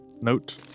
Note